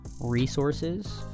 resources